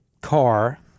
car